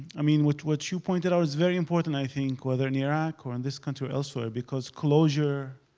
i mean what what you pointed out is very important i think, whether in iraq, or in this country, or elsewhere, because closure,